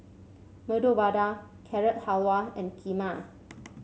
Medu Vada Carrot Halwa and Kheema